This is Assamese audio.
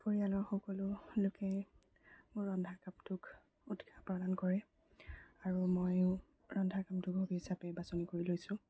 পৰিয়ালৰ সকলো লোকে মোৰ ৰন্ধা কামটোক উৎসাহ প্ৰদান কৰে আৰু মইও ৰন্ধা কামটো হবি হিচাপে বাছনি কৰি লৈছোঁ